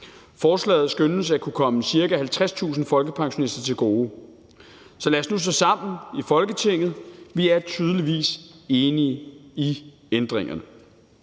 Forslaget skønnes at kunne komme ca. 50.000 folkepensionister til gode. Så lad os nu stå sammen i Folketinget; vi er tydeligvis enige om ændringerne.